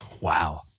Wow